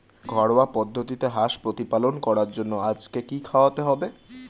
ঘরোয়া পদ্ধতিতে হাঁস প্রতিপালন করার জন্য আজকে কি খাওয়াতে হবে?